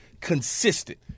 consistent